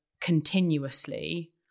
continuously